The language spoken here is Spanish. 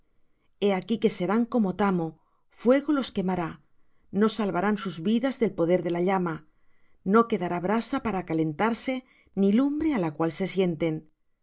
he aquí que serán como tamo fuego los quemará no salvarán sus vidas del poder de la llama no quedará brasa para calentarse ni lumbre á la cual se sienten